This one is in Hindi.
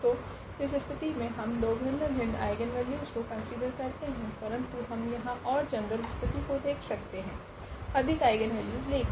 तो इस स्थिति मे हम दो भिन्न भिन्न आइगनवेल्यूस को कन्सिडर करते है परंतु हम यहाँ ओर जनरल स्थिति को देख सकते है अधिक आइगनवेल्यूस लेकर